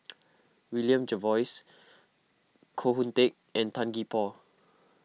William Jervois Koh Hoon Teck and Tan Gee Paw